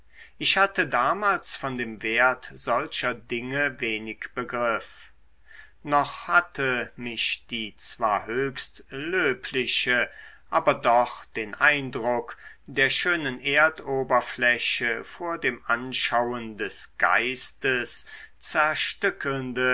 ich hatte damals von dem wert solcher dinge wenig begriff noch hatte mich die zwar höchst löbliche aber doch den eindruck der schönen erdoberfläche vor dem anschauen des geistes zerstückelnde